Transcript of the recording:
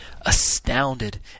astounded